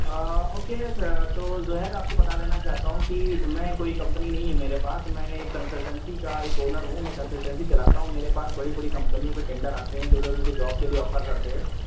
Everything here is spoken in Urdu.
آ اوکے تو زہیر آپ کو بتا دینا چاہتا ہوں کہ میں کوئی کمپنی نہیں ہے میرے پاس میں نے ایک کنسلٹینسی کا ایک اونر ہوں میں کنسلٹینسی چلاتا ہوں میرے پاس بڑی بڑی کمپنیوں کے ٹنڈر آتے ہیں جو لوگ مجھے جاب کے لیے آفر کرتے ہیں